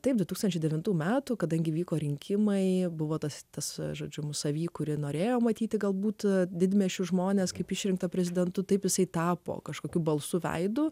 taip du tūkstančiai devintų metų kadangi vyko rinkimai buvo tas tas žodžiu mūsų savyje kuri norėjo matyti galbūt didmiesčių žmones kaip išrinktą prezidentu taip jisai tapo kažkokiu balsu veidu